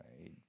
right